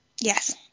Yes